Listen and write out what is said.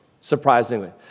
surprisingly